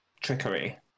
trickery